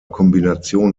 kombination